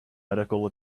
medical